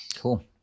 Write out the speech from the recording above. Cool